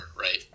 right